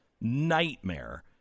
nightmare